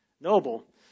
Noble